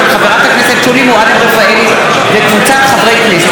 של חברת הכנסת שולי מועלם-רפאלי וקבוצת חברי הכנסת.